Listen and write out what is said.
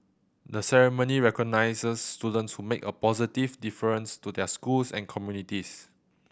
the ceremony recognises students who make a positive difference to their schools and communities